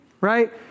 Right